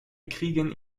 kriegen